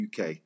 UK